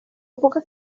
època